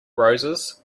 roses